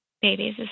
babies